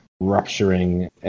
rupturing